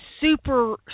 super